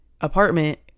apartment